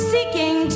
Seeking